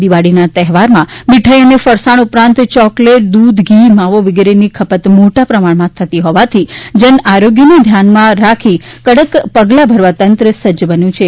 દિવાળીના તહેવારમાં મિઠાઇ અને ફરસાણ ઉપરાંત ચોકલેટ દૂધ ઘી માવો વગેરેની ખપત મોટા પ્રમાણમાં થતી હોવાથી જન આરોગ્યને ધ્યાનમાં રાખી કડક પગલા ભરવા તંત્ર સજ્જ બન્યું છે